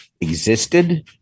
existed